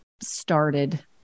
started